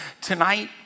tonight